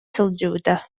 сылдьыбыта